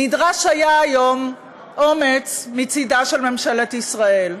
היום נדרש אומץ מצדה של ממשלת ישראל.